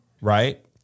right